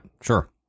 Sure